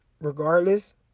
regardless